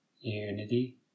unity